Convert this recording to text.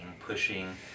pushing